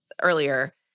earlier